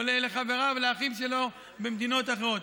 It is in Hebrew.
או לחבריו או לאחים שלו במדינות אחרות.